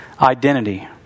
identity